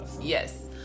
yes